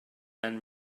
then